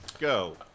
go